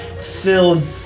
filled